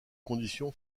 condition